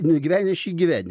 nugyvenę šį gyvenimą